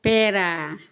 پیڑا